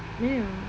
damn